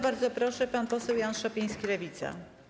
Bardzo proszę, pan poseł Jan Szopiński, Lewica.